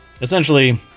essentially